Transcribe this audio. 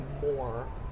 more